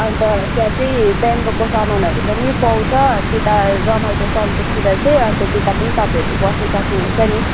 अन्त त्यहाँ चाहिँ बेम्बोको सामानहरू पनि पाउँछ त्यता रमाइलो सन्तुकतिर चाहिँ अन्त त्यता पनि तपाईँहरू बस्नु सक्नु हुन्छ नि